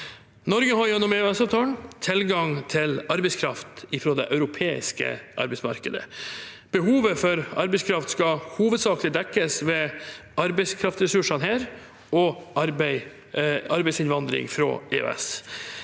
Norge har gjennom EØS-avtalen tilgang til arbeidskraft fra det europeiske arbeidsmarkedet. Behovet for arbeidskraft skal hovedsakelig dekkes med arbeidskraftressursene her og arbeidsinnvandring fra